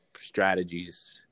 strategies